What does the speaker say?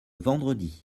vendredi